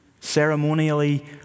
ceremonially